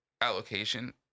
allocation